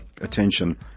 attention